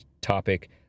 topic